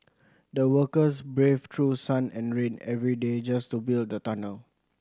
the workers braved through sun and rain every day just to build the tunnel